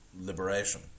liberation